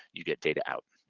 you get data out.